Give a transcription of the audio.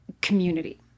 community